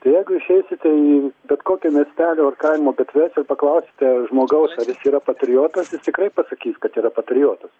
tai jeigu išeisite į bet kokio miestelio ar kaimo gatves ir paklausite žmogaus ar jis yra patriotas jis tikrai pasakys kad yra patriotas